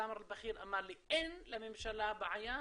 אין לממשלה בעיה